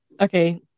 Okay